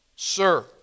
Sir